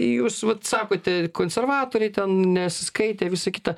jūs vat sakote konservatoriai ten nesiskaitė visa kita